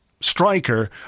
striker